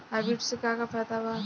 Hybrid से का का फायदा बा?